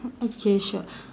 okay sure